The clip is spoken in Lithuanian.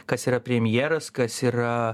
kas yra premjeras kas yra